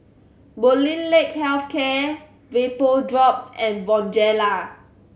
Molnylcke Health Care Vapodrops and Bonjela